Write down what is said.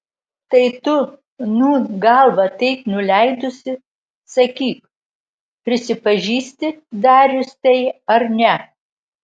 tai tu nūn galvą taip nuleidusi sakyk prisipažįsti darius tai ar ne